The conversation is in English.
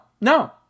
no